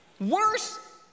Worse